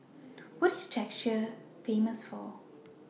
What IS Czechia Famous For